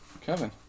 Kevin